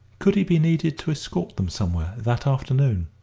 could he be needed to escort them somewhere that afternoon?